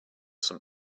some